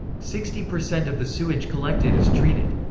sixty percent of the sewage collected is treated.